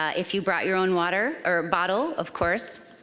ah if you brought your own water or bottle, of course,